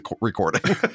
recording